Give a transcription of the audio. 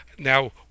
now